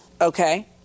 Okay